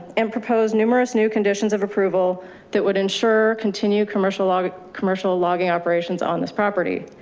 and propose numerous new conditions of approval that would ensure continued commercial log commercial logging operations on this property.